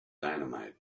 dynamite